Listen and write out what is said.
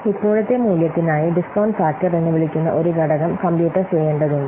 ഇപ്പോഴത്തെ മൂല്യത്തിനായി discount factor എന്ന് വിളിക്കുന്ന ഒരു ഘടകം കമ്പ്യൂട്ടർ ചെയ്യേണ്ടതുണ്ട്